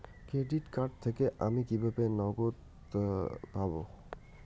Credit card থেকে আমি কিভাবে নগদ পাব?